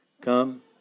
Come